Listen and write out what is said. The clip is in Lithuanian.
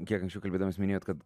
kiek anksčiau kalbėdamas minėjot kad